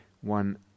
one